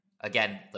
again